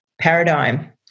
paradigm